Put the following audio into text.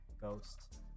Ghost